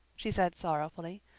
she said sorrowfully.